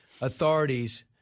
Authorities